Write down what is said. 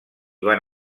van